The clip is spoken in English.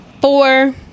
Four